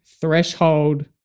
threshold